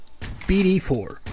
BD4